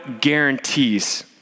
guarantees